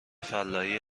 فلاحی